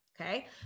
okay